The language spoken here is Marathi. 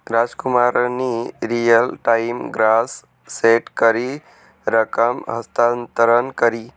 रामकुमारनी रियल टाइम ग्रास सेट करी रकम हस्तांतर करी